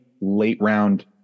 late-round